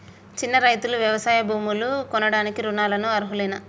చిన్న రైతులు వ్యవసాయ భూములు కొనడానికి రుణాలకు అర్హులేనా?